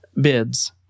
bids